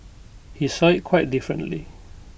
he saw IT quite differently